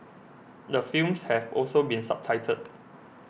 the films have also been subtitled